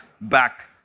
back